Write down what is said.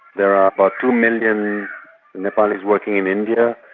there are about two million nepalese working in india,